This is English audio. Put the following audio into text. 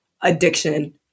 addiction